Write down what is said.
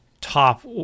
top